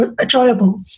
enjoyable